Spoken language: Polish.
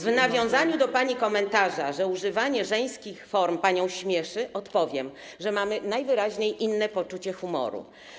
W nawiązaniu do pani komentarza, że używanie żeńskich form panią śmieszy, odpowiem, że mamy najwyraźniej inne poczucie humoru.